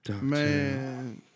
Man